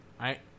right